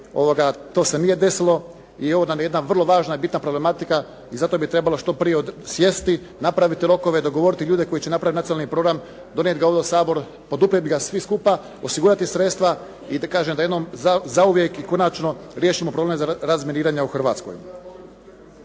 to se nije desilo i ovo nam je jedna važna i bitna problematika. I zato bi trebalo što prije sjesti, napraviti rokove, dogovoriti ljude koji će napraviti nacionalni programa, donijet ga ovdje u Sabor, poduprijeti ga svi skupa, osigurati sredstva i da kažem jednom zauvijek i konačno riješimo problem razminiranja u Hrvatskoj.